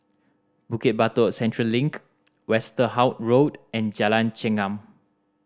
Bukit Batok Central Link Westerhout Road and Jalan Chengam